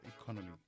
economy